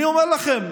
אני אומר לכם,